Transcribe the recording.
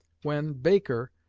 when baker,